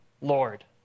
Lord